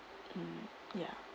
mm ya